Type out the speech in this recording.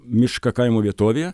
mišką kaimo vietovėje